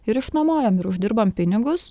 ir išnuomojom ir uždirbam pinigus